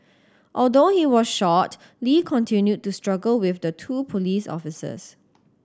although he was shot Lee continued to struggle with the two police officers